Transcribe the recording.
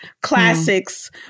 classics